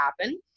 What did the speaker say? happen